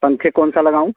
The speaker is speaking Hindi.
पंखे कौन सा लगाऊँ